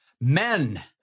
men